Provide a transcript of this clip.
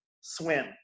swim